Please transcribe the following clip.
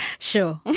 show